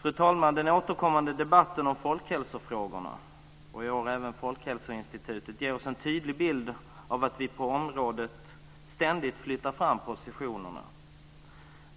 Fru talman! Den återkommande debatten om folkhälsofrågorna, och i år även om Folkhälsoinstitutet, ger oss en tydlig bild av att vi ständigt flyttar fram positionerna på området.